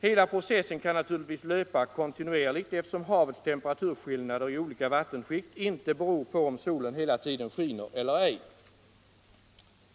Hela processen kan naturligtvis löpa kontinuerligt, eftersom havets temperaturskillnader i olika vattenskikt inte beror på om solen hela tiden skiner eller inte.